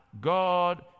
God